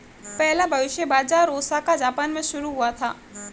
पहला भविष्य बाज़ार ओसाका जापान में शुरू हुआ था